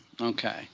Okay